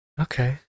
Okay